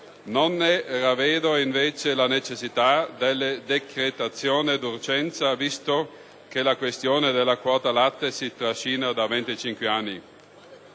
non ravvedo la necessità della decretazione d'urgenza, visto che la questione delle quote latte si trascina da 25 anni.